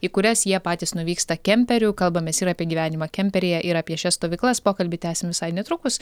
į kurias jie patys nuvyksta kemperiu kalbamės ir apie gyvenimą kemperyje ir apie šias stovyklas pokalbį tęsim visai netrukus